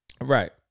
right